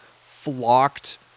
flocked